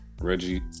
Reggie